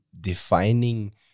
defining